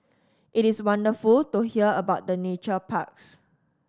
it is wonderful to hear about the nature parks